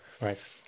Right